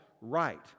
right